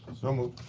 so moved.